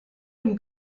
one